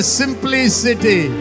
simplicity